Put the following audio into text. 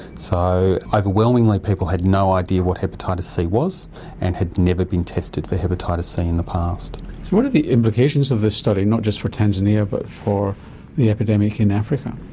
so overwhelmingly people had no idea what hepatitis c was and had never been tested for hepatitis c in the past. so what are the implications of this study, not just for tanzania but for the epidemic in africa?